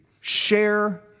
share